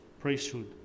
priesthood